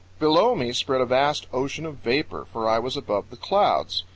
below me spread a vast ocean of vapor, for i was above the clouds.